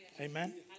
Amen